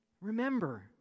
Remember